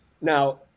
Now